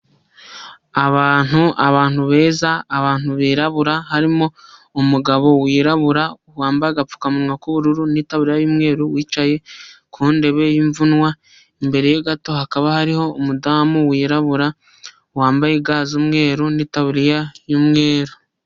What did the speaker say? Abantu beza, abantu birabura harimo umugabo wirabura wambaye agapfukamuwa k'ubururu n'itanubira y'umweru wicaye ku intebe y'imvunwa imbere ya gato hakaba hari umudamu wirabura wambaye ga z'umweru n'itariya y'umweru.